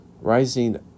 rising